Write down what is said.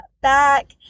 back